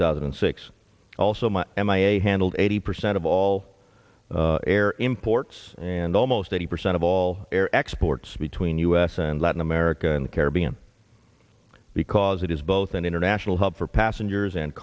thousand and six also my m i a handled eighty percent of all air imports and almost eighty percent of all air exports between us and latin america in the caribbean because it is both an international hub for passengers and